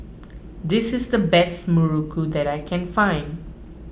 this is the best Muruku that I can find